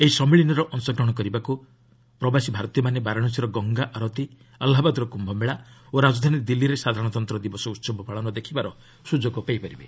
ଏହି ସମ୍ମିଳନୀର ଅଂଶଗ୍ରହଣ କରିବାକୁ ପ୍ରବାସୀ ଭାରତୀୟମାନେ ବାରାଣସୀର ଗଙ୍ଗା ଆରତୀ ଆହ୍ଲାବାଦର କୁନ୍ନ ମେଳା ଓ ରାଜଧାନୀ ଦିଲ୍ଲୀରେ ସାଧାରଣତନ୍ତ୍ର ଦିବସ ଉତ୍ସବ ପାଳନ ଦେଖିବାର ସୁଯୋଗ ପାଇପାରିବେ